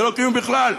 זה לא קיום בכלל,